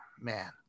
man